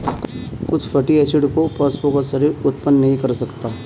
कुछ fatty acid को पशुओं का शरीर उत्पन्न नहीं कर सकता है